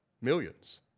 Millions